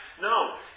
No